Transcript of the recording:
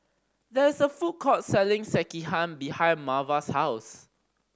there is a food court selling Sekihan behind Marva's house